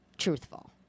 truthful